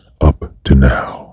up-to-now